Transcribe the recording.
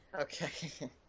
Okay